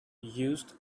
used